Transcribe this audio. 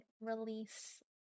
release